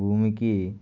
భూమికి